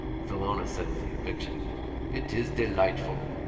villona said with conviction it is delightful!